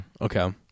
Okay